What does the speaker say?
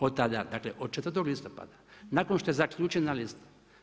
Od tada, dakle, od 4. listopada, nakon što je zaključena lista.